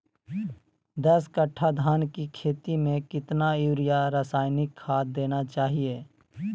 दस कट्टा धान की खेती में कितना यूरिया रासायनिक खाद देना चाहिए?